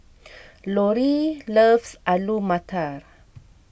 Loree loves Alu Matar